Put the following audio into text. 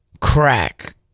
crack